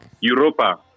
Europa